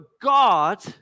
God